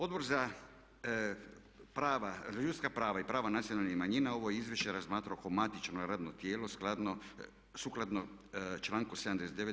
Odbor za prava, ljudska prava i prava nacionalnih manjina ovo je izvješće razmatrao kao matično radno tijelo sukladno članku 79.